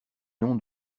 nom